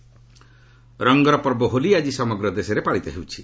ହୋଲି ରଙ୍ଗର ପର୍ବ ହୋଲି ଆଜି ସମଗ୍ର ଦେଶରେ ପାଳିତ ହୋଇଛି